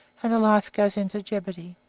and a life goes into jeopardy.